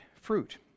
fruit